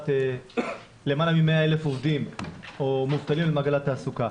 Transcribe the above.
למעלה מ-100,000 עובדים או מובטלים למעגל התעסוקה.